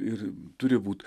ir turi būt